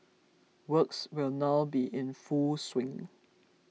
works will now be in full swing